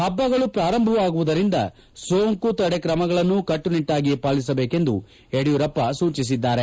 ಹಬ್ಬಗಳು ಪ್ರಾರಂಭವಾಗುತ್ತಿರುವುದರಿಂದ ಸೋಂಕು ತಡೆಕ್ರಮಗಳನ್ನು ಕಟ್ಟುನಿಟ್ಟಾಗಿ ಪಾಲಿಸಬೇಕೆಂದು ಯಡಿಯೂರಪ್ಪ ಸೂಚಿಸಿದ್ದಾರೆ